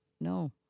No